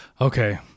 Okay